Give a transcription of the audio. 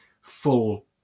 full